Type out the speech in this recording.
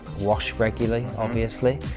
wash regularly, obviously,